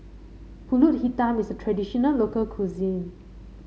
pulut hitam is a traditional local cuisine